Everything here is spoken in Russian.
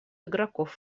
игроков